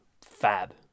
fab